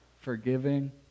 forgiving